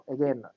Again